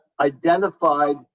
identified